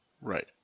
Right